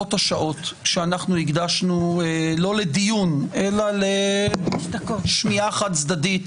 עשרות השעות שאנחנו הקדשנו לא לדיון אלא לשמיעה חד-צדדית